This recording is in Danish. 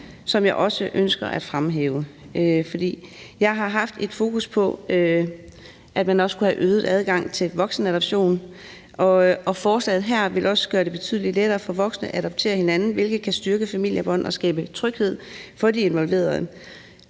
som jeg også ønsker at fremhæve. For jeg har haft et fokus på, at man også skulle have øget adgang til voksenadoption, og forslaget her vil også gøre det betydelig lettere for voksne at adoptere hinanden, hvilket kan styrke familiebånd og skabe tryghed for de involverede.